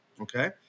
okay